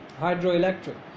hydroelectric